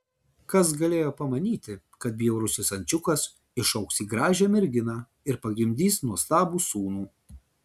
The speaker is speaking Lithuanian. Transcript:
kas galėjo pamanyti kad bjaurusis ančiukas išaugs į gražią merginą ir pagimdys nuostabų sūnų